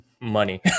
money